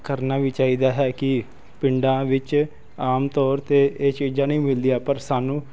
ਕਰਨਾ ਵੀ ਚਾਹੀਦਾ ਹੈ ਕਿ ਪਿੰਡਾਂ ਵਿੱਚ ਆਮ ਤੌਰ 'ਤੇ ਇਹ ਚੀਜਾਂ ਨਹੀਂ ਮਿਲਦੀਆਂ ਪਰ ਸਾਨੂੰ